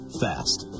fast